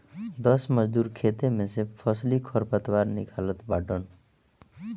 दस मजूर खेते में से फसली खरपतवार निकालत बाटन